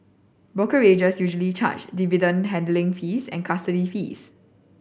brokerages usually charge dividend handling fees and custody fees